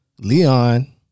Leon